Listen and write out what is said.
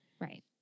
Right